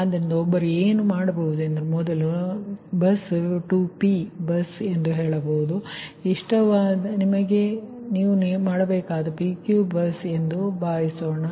ಆದ್ದರಿಂದ ಒಬ್ಬರು ಏನು ಮಾಡಬಹುದು ಮೊದಲು ನಾನು ಬಸ್ 2 P ಬಸ್ ಎಂದು ಹೇಳಬಹುದು ಇದು ನೀವು ಮಾಡಬೇಕಾದ PQV ಬಸ್ ಎಂದು ಭಾವಿಸೋಣ